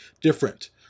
different